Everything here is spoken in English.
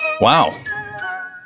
Wow